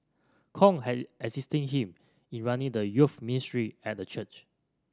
Kong had assisted him in running the youth ministry at the church